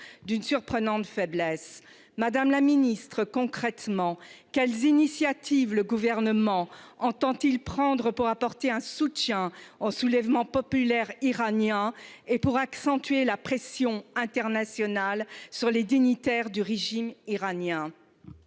d'une surprenante faiblesse madame la Ministre concrètement quelles initiatives le gouvernement entend-il prendre pour apporter un soutien au soulèvement populaire iranien. Et pour accentuer la pression internationale sur les dignitaires du régime iranien.